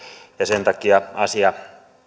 ja sen takia